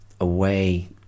away